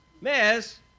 Miss